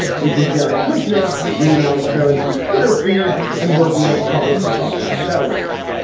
which is jared kushner reading alex berenson's twitter feed and working out in public his thoughts on federalism.